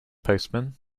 postman